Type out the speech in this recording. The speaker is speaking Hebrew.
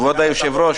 כבוד היושב-ראש,